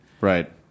Right